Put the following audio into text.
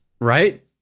Right